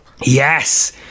Yes